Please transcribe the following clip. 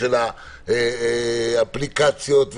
אפליקציות,